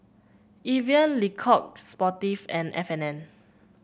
Evian Le Coq Sportif and F and N